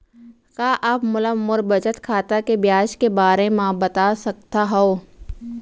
का आप मोला मोर बचत खाता के ब्याज के बारे म बता सकता हव?